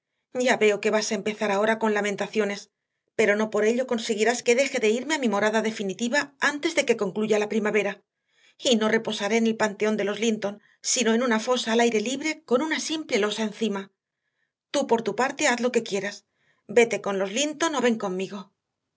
ya veo que vas a empezar ahora con lamentaciones pero no por ello conseguirás que deje de irme a mi morada definitiva antes de que concluya la primavera y no reposaré en el panteón de los linton sino en una fosa al aire libre con una simple losa encima tú por tu parte haz lo que quieras vete con los linton o ven conmigo